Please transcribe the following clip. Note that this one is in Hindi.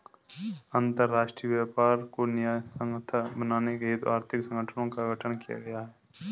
अंतरराष्ट्रीय व्यापार को न्यायसंगत बनाने हेतु आर्थिक संगठनों का गठन किया गया है